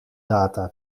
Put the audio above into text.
data